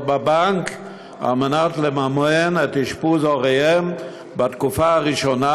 בבנק על מנת לממן את אשפוז הוריהם בתקופה הראשונה,